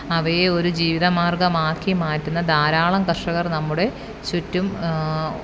അവയെ ഒരു ജീവിതമാർഗ്ഗമാക്കി മാറ്റുന്ന ധാരാളം കർഷകർ നമ്മുടെ ചുറ്റും